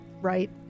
right